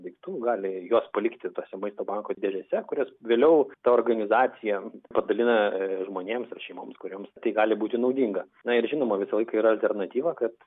daiktų gali juos palikti tose maisto banko dėžėse kurias vėliau ta organizacija padalina žmonėms šeimoms kurioms tai gali būti naudinga na ir žinoma visą laiką yra alternatyva kad